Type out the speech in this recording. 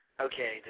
Okay